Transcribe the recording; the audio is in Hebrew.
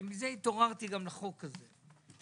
ומזה גם התעוררתי לחוק הזה,